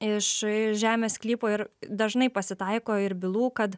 iš žemės sklypo ir dažnai pasitaiko ir bylų kad